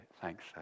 Thanks